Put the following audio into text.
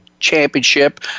Championship